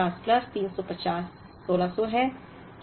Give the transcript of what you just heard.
1250 plus 350 1600 है